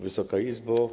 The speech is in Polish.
Wysoka Izbo!